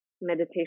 meditation